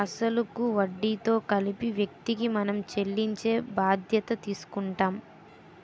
అసలు కు వడ్డీతో కలిపి వ్యక్తికి మనం చెల్లించే బాధ్యత తీసుకుంటాం